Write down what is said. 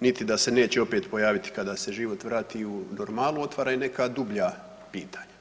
niti da se neće opet pojaviti kada se život vrati u normalu, otvara i neka dublja pitanja.